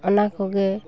ᱚᱱᱟ ᱠᱚᱜᱮ